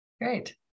Great